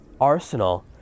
arsenal